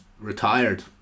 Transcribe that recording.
retired